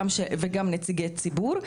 וגם נציגי ציבור.